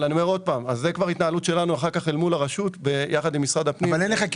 אבל זה כבר התנהלות שלנו אל מול הרשות יחד עם משרד הפנים.